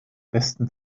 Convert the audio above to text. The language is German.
besten